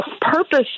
purpose